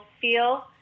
feel